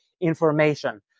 information